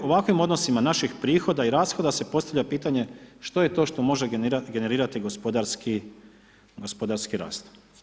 I ovakvim odnosima naših prihoda i rashoda se postavlja pitanje što je to što može generirati gospodarski rast?